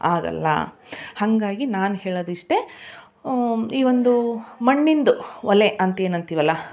ಆಗೋಲ್ಲ ಹಾಗಾಗಿ ನಾನು ಹೇಳೋದ್ ಇಷ್ಟೇ ಈ ಒಂದೂ ಮಣ್ಣಿಂದು ಒಲೆ ಅಂತೇನು ಅಂತೀವಲ್ಲ